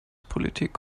politik